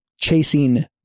chasing